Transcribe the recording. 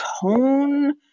tone